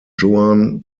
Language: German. joan